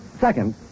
Second